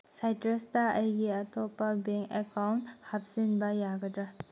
ꯁꯥꯏꯇ꯭ꯔꯁꯇ ꯑꯩꯒꯤ ꯑꯇꯣꯞꯄ bank account ꯍꯥꯞꯆꯤꯟꯕ ꯌꯥꯒꯗ꯭ꯔꯥ